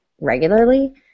regularly